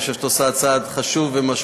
ואני חושב שאתה עושה צעד חשוב ומשמעותי,